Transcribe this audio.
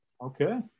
Okay